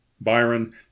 Byron